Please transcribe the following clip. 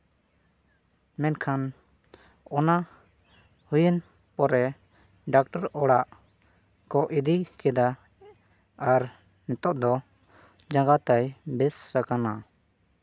ᱢᱮᱱᱠᱷᱟᱱ ᱚᱱᱟ ᱦᱩᱭᱮᱱ ᱯᱚᱨᱮ ᱰᱟᱠᱴᱚᱨ ᱚᱲᱟᱜ ᱠᱚ ᱤᱫᱤ ᱠᱮᱫᱟ ᱟᱨ ᱱᱤᱛᱚᱜ ᱫᱚ ᱡᱟᱸᱜᱟ ᱛᱟᱭ ᱵᱮᱥ ᱟᱠᱟᱱᱟ